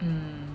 mm